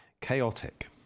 chaotic